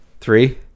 Three